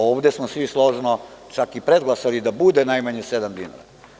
Ovde smo svi složno čak i predglasali da bude najmanje sedam dinara.